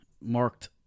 marked